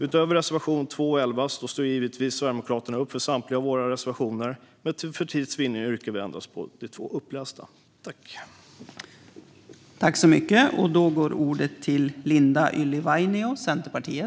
Utöver reservationerna 2 och 11 står vi i Sverigedemokraterna givetvis bakom samtliga våra reservationer. Men för tids vinnande yrkar jag bifall endast till reservationerna 2 och 11.